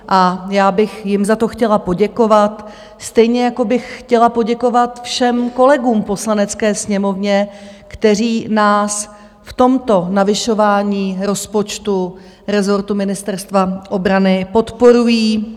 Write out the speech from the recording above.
A já bych jim za to chtěla poděkovat, stejně jako bych chtěla poděkovat všem kolegům v Poslanecké sněmovně, kteří nás v tomto navyšování rozpočtu rezortu Ministerstva obrany podporují.